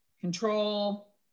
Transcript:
control